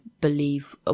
believe